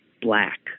black